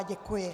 Děkuji.